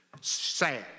Sad